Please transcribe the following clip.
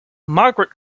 margaret